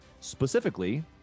specifically